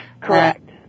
correct